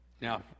Now